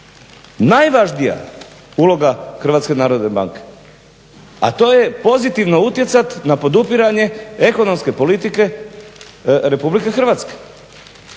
najvažnija uloga Hrvatske narodne banke, a to je pozitivno utjecat na podupiranje ekonomske politike RH. Vi vodite